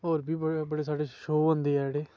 होर बी बड़े सारे शो हुंदे ऐ जेह्ड़े